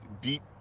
deep